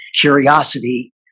curiosity